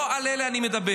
לא על אלה אני מדבר.